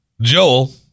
Joel